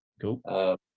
Cool